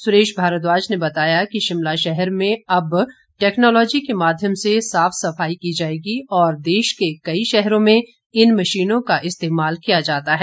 सुरेश भारद्वाज ने बताया कि शिमला शहर में अब टेकनोलोजी के माध्यम से साफ सफाई की जाएगी और देश के कई शहरो में इन मशीनों का इस्तेमाल किया जाता है